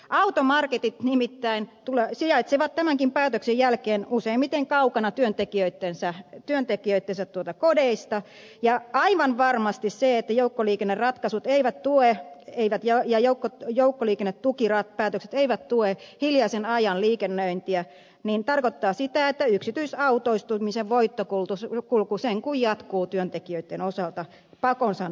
automarketit nimittäin sijaitsevat tämänkin päätöksen jälkeen useimmiten kaukana työntekijöittensä kodeista ja aivan varmasti se että joukkoliikenneratkaisut eivät tue ja joukkoliikennetukipäätökset eivät tue hiljaisen ajan liikennöintiä tarkoittaa sitä että yksityisautoistumisen voittokulku sen kun jatkuu työntekijöitten osalta pakon sanelemana